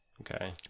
Okay